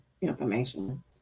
information